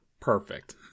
perfect